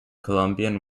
columbian